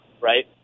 right